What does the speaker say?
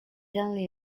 only